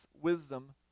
wisdom